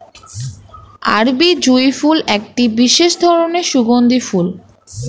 আরবি জুঁই ফুল একটি বিশেষ ধরনের সুগন্ধি ফুল